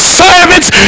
servants